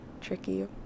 tricky